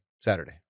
Saturday